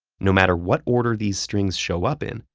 no matter what order these strings show up in,